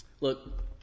Look